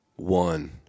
One